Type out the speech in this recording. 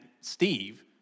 Steve